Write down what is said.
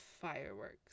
fireworks